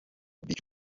beach